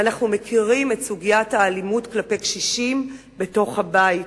ואנחנו מכירים את סוגיית האלימות כלפי קשישים בתוך הבית.